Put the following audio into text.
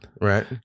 right